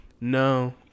No